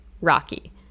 rocky